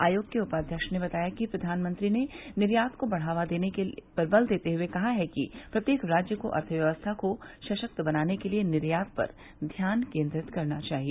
आयोग के उपाध्यक्ष ने बताया कि प्रधानमंत्री ने निर्यात को बढ़ावा देने की ज़रूरत पर बल देते हुए कहा कि प्रत्येक राज्य को अर्थव्यवस्था को सशक्त बनाने के लिए निर्यात पर ध्यान केंद्रित करना चाहिए